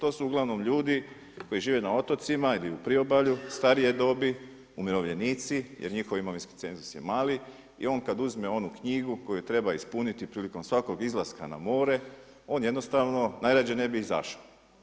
To su uglavnom ljudi koji žive na otocima ili u priobalju starije dobi, umirovljenici jer njihov imovinski cenzus je mali i on kada uzme onu knjigu koju treba ispuniti prilikom svakog izlaska na more on jednostavno najrađe ne bi izašao.